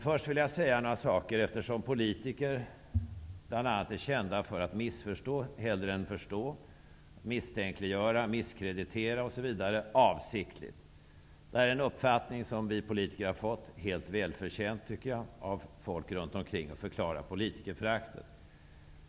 Först vill jag dock säga något med anledning av att politiker bl.a. är kända för att missförstå hellre än att förstå och för att avsiktligt misstänkliggöra och misskreditera. Det är en uppfattning om politiker bland allmänheten. Jag tycker att den är välförtjänt, och den förklarar politikerföraktet.